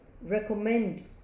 recommend